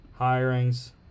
hirings